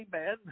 amen